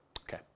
Okay